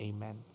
Amen